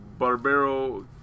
Barbero